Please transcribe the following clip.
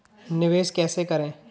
निवेश कैसे करें?